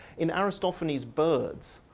in aristophanes' birds,